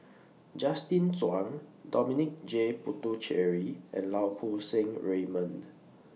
Justin Zhuang Dominic J Puthucheary and Lau Poo Seng Raymond